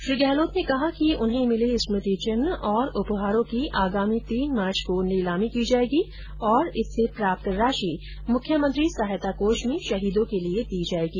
श्री गहलोत ने कहा कि उन्हें मिले स्मृति चिन्ह एवं उपहारों की आगामी तीन मार्च को नीलामी की जायेगी और इससे प्राप्त राशि मुख्यमंत्री सहायता कोष में शहीदों के लिए दी जाएगी